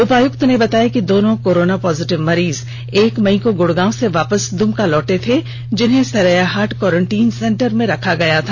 उपायुक्त ने बताया कि दोनों कोरोना पॉजिटिव मरीज एक मई को गुड़गांव से वापस दुमका लौटे थे जिन्हें सरैयाहाट कोरेंटीन सेंटर में रखा गया था